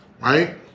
right